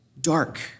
dark